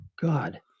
God